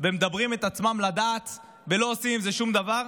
ומדברים את עצמם לדעת, ולא עושים עם זה שום דבר,